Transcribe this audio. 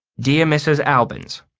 dear mrs. albans,